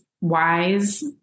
wise